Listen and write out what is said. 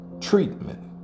treatment